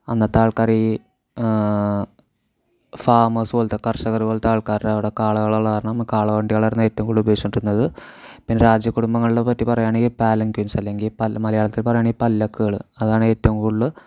അന്നത്തെ ആൾക്കാർ ഈ ഫാമൗസ് പോലത്തെ കർഷകർ പോലത്തെ ആൾക്കാരുടെയവിടെ കാളകളുള്ളതുകാരണം കാളവണ്ടികളായിരുന്നു ഏറ്റവും കൂടുതൽ ഉപയോഗിച്ചുകൊണ്ടിരുന്നത് പിന്നെ രാജകുടുംബങ്ങളിനെപ്പറ്റി പറയുകയാണെങ്കിൽ പാലൻക്വിൻസ് അല്ലെങ്കിൽ പൽ മലയാളത്തിൽ പറയുകയാണെങ്കിൽ പല്ലക്കുകൾ അതാണ് ഏറ്റവും കൂടുതൽ